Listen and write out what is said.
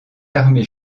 armées